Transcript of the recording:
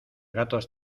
gatos